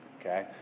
okay